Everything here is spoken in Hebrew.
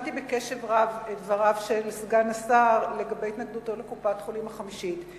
שמעתי בקשב רב את דבריו של סגן השר לגבי התנגדותו לקופת-חולים חמישית.